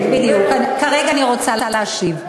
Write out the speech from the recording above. בדיוק, כרגע אני רוצה להשיב.